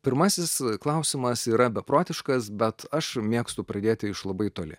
pirmasis klausimas yra beprotiškas bet aš mėgstu pradėti iš labai toli